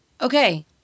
Okay